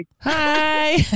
hi